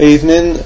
Evening